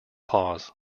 pause